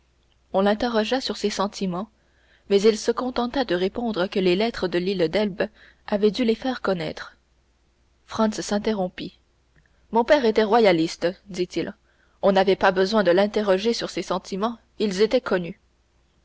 on l'interrogea sur ses sentiments mais il se contenta de répondre que les lettres de l'île d'elbe avaient dû les faire connaître franz s'interrompit mon père était royaliste dit-il on n'avait pas besoin de l'interroger sur ses sentiments ils étaient connus